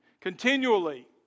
continually